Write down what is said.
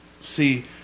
See